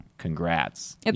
congrats